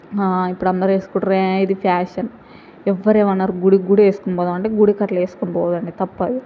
ఇప్పుడు అందరూ వేసుకుంటారు ఇది ఫ్యాషన్ ఎవ్వరు ఏమనరు గుడికి కూడా వేసుకొని పోదాము అంటే గుడికి అట్లా వేసుకొని పోకండి తప్పు అది